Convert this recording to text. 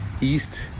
East